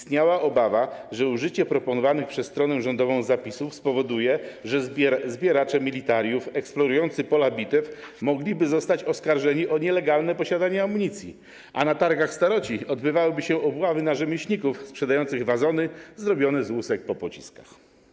Istniała obawa, że użycie zapisów proponowanych przez stronę rządową spowoduje, że zbieracze militariów eksplorujący pola bitew mogliby zostać oskarżeni o nielegalne posiadanie amunicji, a na targach staroci odbywałyby się obławy na rzemieślników sprzedających wazony zrobione z łusek po pociskach.